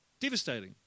devastating